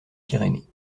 pyrénées